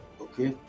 Okay